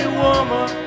woman